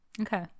Okay